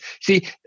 see